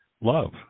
love